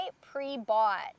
pre-bought